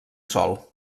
sol